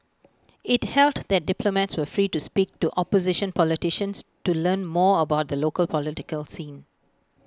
IT held that diplomats were free to speak to opposition politicians to learn more about the local political scene